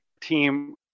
team